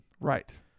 Right